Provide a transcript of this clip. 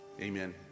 Amen